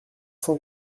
cent